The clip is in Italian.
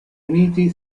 uniti